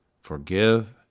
Forgive